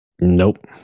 Nope